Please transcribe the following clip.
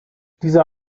dieser